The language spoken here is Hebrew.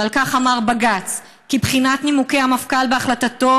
ועל כך אמר בג"ץ כי "בחינת נימוקי המפכ"ל בהחלטתו